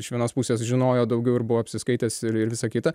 iš vienos pusės žinojo daugiau ir buvo apsiskaitęs ir ir visa kita